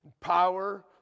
power